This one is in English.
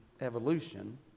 evolution